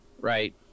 right